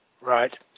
Right